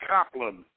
Kaplan